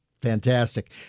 Fantastic